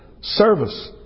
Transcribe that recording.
service